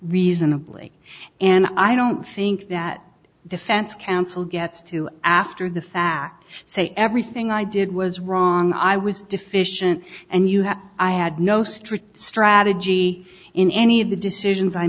reasonably and i don't think that defense counsel gets to after the fact say everything i did was wrong i was deficient and you have i had no street strategy in any of the decisions i